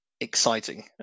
exciting